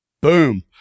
Boom